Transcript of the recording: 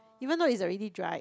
even though it's already dried